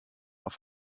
auf